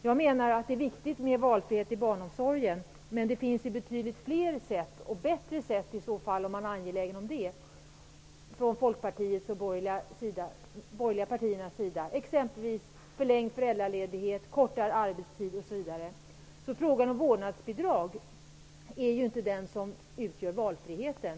Jag menar att det är viktigt med valfrihet i barnomsorgen. Men det finns betydligt fler och bättre sätt -- om Folkpartiet och de borgerliga partierna är angelägna. Det finns t.ex. förlängd föräldraledighet och kortare arbetstid. Vårdnadsbidraget är inte det som utgör valfrihet.